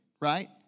right